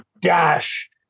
dash